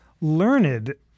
learned